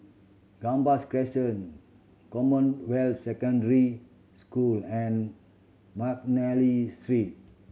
Gambas Crescent Commonwealth Secondary School and McNally Street